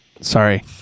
Sorry